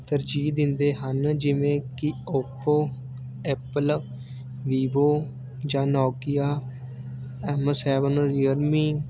ਤਰਜੀਹ ਦਿੰਦੇ ਹਨ ਜਿਵੇਂ ਕਿ ਓਪੋ ਐਪਲ ਵੀਵੋ ਜਾਂ ਨੌਕੀਆ ਐੱਮ ਸੈਵਨ ਰੀਅਲਮੀ